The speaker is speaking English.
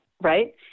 right